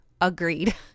agreed